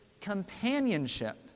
companionship